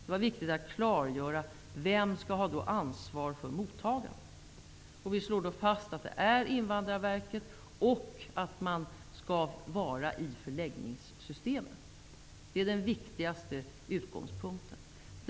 Det var viktigt att klargöra vem som skall ha ansvar för mottagandet. Vi slår fast att det är Invandrarverket och att mottagandet skall ske i förläggningssystemet. Det är den viktigaste utgångspunkten.